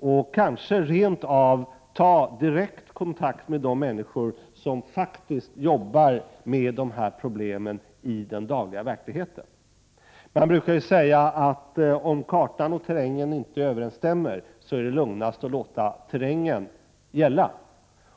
och kanske rent av ta direkt kontakt med de människor som jobbar med de här problemen i den dagliga verksamheten. Man brukar säga att om kartan och terrängen inte överensstämmer, är det lugnast att låta terrängen gälla.